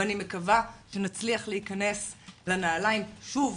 ואני מקווה שנצליח להיכנס לנעליים שוב,